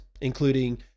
including